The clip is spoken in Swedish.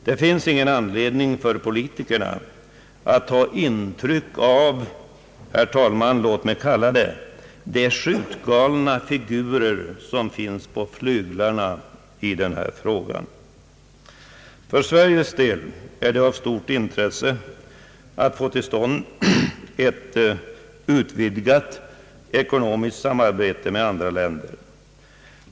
Det finns ingen anledning för politikerna att ta intryck av de som jag vill kalla dem skjutgalna figurer som agerar ute på flyglarna. För Sveriges del är det av stort intresse att få till stånd ett utvidgat ekonomiskt samarbete med andra länder.